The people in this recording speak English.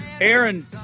Aaron